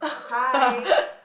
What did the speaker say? hi